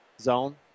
zone